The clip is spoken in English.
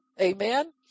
Amen